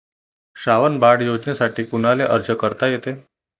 श्रावण बाळ योजनेसाठी कुनाले अर्ज करता येते?